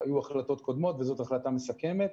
היו החלטות קודמות, וזאת החלטה מסכמת.